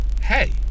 hey